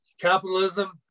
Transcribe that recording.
capitalism